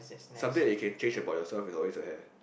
something that you can change about yourself is always your hair